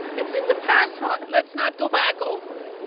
it's in the past hon. let's not go back over it.